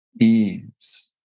ease